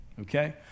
okay